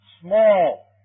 small